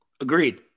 Agreed